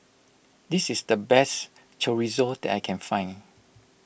this is the best Chorizo that I can find